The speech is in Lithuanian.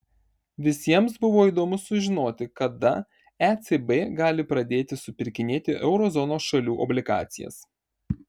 visiems buvo įdomu sužinoti kada ecb gali pradėti supirkinėti euro zonos šalių obligacijas